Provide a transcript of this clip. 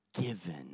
given